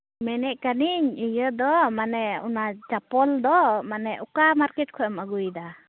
ᱢᱮᱱᱮᱫ ᱠᱟᱹᱱᱟᱹᱧ ᱤᱭᱟᱹ ᱫᱚ ᱢᱟᱱᱮ ᱚᱱᱟ ᱪᱟᱯᱚᱞ ᱫᱚ ᱢᱟᱱᱮ ᱚᱠᱟ ᱢᱟᱨᱠᱮᱴ ᱠᱷᱚᱱ ᱮᱢ ᱟᱹᱜᱩᱭᱮᱫᱟ